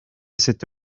cette